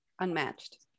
Unmatched